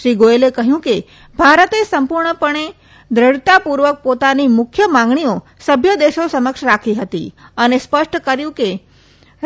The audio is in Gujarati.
શ્રી ગોયલે કહયું કે ભારતે સંપુર્ણપણે દૃઢતાપુર્વક પોતાની મુખ્ય માંગણીઓ સભ્ય દેશો સમક્ષ રાખી હતી અને સ્પષ્ટ કર્યુ કે